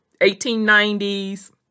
1890s